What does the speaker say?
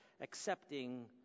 accepting